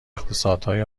اقتصادهای